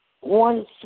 one